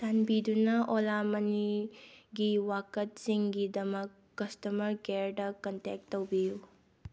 ꯆꯥꯟꯕꯤꯗꯨꯅ ꯑꯣꯜꯂꯥ ꯃꯅꯤꯒꯤ ꯋꯥꯀꯠꯁꯤꯡꯒꯤꯗꯃꯛ ꯀꯁꯇꯃꯔ ꯀꯤꯌꯥꯔꯗ ꯀꯟꯇꯦꯛ ꯇꯧꯕꯤꯌꯨ